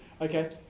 okay